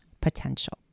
potential